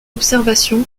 observation